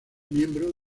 miembro